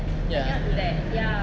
ya I don't like